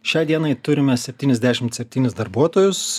šiai dienai turime septyniasdešimt septynis darbuotojus